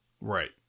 Right